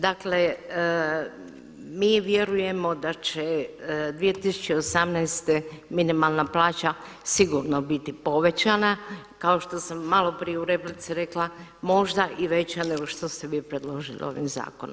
Dakle mi vjerujemo da će 2018. minimalna plaća sigurno biti povećana kao što sam malo prije u repici rekla, možda i veća nego što ste vi predložili ovim zakonom.